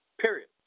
period